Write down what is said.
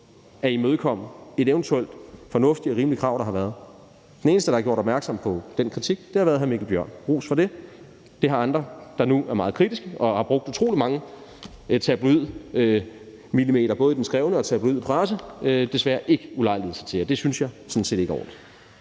at imødekomme et eventuelt fornuftigt og rimeligt krav, der har været. Den eneste, der har gjort opmærksom på den kritik, har været hr. Mikkel Bjørn. Ros for det! Det har andre, der nu er meget kritiske og har brugt utrolig mange tabloidmillimeter i pressen, desværre ikke ulejliget sig med, og det synes jeg sådan set ikke om.